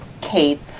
cape